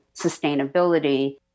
sustainability